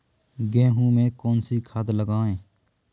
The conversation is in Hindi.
गेहूँ में कौनसी खाद लगाएँ?